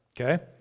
okay